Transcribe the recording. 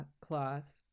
cloth